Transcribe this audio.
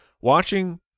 Watching